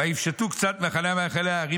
"ויפשטו קצת ממחנה המלך על ההרים